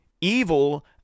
Evil